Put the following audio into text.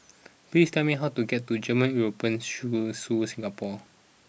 please tell me how to get to German European School Su Singapore